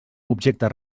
objecte